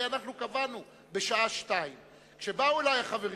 הרי אנחנו קבענו בשעה 14:00. כשבאו אלי החברים,